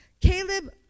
Caleb